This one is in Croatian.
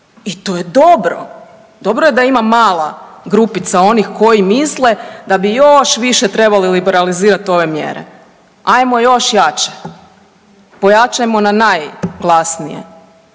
I to je dobro, dobro je da ima mala grupica onih koji misle da bi još više trebali liberalizirati ove mjere. Ajmo još jače, pojačajmo na najglasnije.